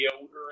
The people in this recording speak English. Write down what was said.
older